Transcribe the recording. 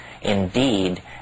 indeed